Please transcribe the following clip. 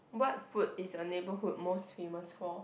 what food is your neighbourhood most famous for